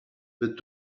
bet